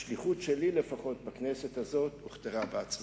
השליחות שלי, לפחות, בכנסת הזאת הוכתרה בהצלחה.